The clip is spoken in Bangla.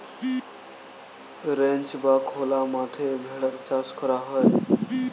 রেঞ্চ বা খোলা মাঠে ভেড়ার চাষ করা হয়